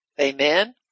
Amen